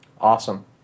Awesome